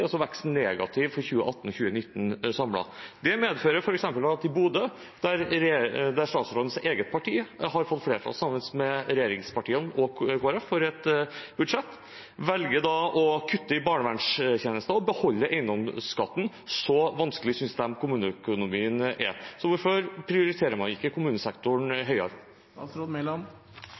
veksten negativ for 2018–2019 samlet. Det medfører f.eks. at Bodø, der statsrådens eget parti har fått flertall sammen med de andre regjeringspartiene og Kristelig Folkeparti for et budsjett, velger å kutte i barnevernstjenester og beholde eiendomsskatten. Så vanskelig synes de kommuneøkonomien er. Så hvorfor prioriterer man ikke kommunesektoren høyere?